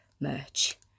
merch